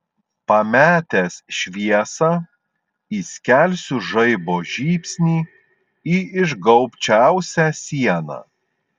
pametęs šviesą įskelsiu žaibo žybsnį į išgaubčiausią sieną